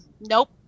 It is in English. Nope